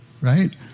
right